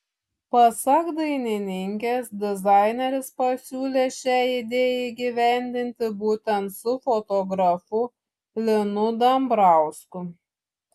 pasak dainininkės dizaineris pasiūlė šią idėją įgyvendinti būtent su fotografu linu dambrausku